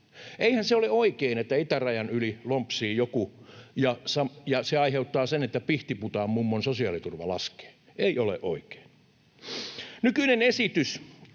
Eihän se ole oikein, että itärajan yli lompsii joku ja se aiheuttaa sen, että pihtiputaanmummon sosiaaliturva laskee, ei ole oikein. Nykyinen esitys